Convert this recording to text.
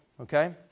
okay